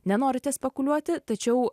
nenorite spekuliuoti tačiau